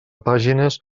pàgines